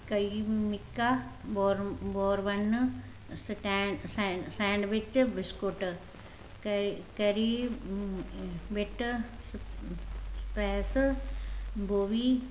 ਕਈਮਿਕਾ ਬੋਰ ਬੋਰਬਨ ਸਟੈਂਡ ਸੈਂ ਸੈਂਡਵਿਚ ਬਿਸਕੁਟ ਕੈਰੀ ਕੈਰੀਬਿਟ ਸਪੈਸ ਬੋਬੀ